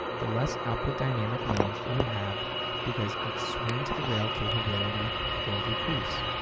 the less output dynamic range it will have because its swing to the rail capability will decrease.